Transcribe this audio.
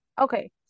okay